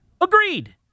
agreed